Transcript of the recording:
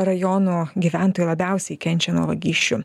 rajono gyventojai labiausiai kenčia nuo vagysčių